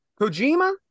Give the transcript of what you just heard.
kojima